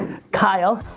kyle.